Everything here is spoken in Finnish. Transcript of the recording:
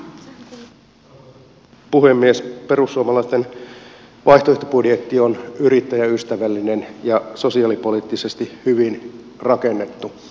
perussuomalaisten vaihtoehtobudjetti on yrittäjäystävällinen ja sosiaalipoliittisesti hyvin rakennettu